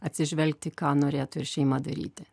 atsižvelgti ką norėtų ir šeima daryti